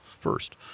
First